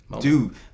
Dude